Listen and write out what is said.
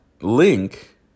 link